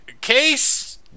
Case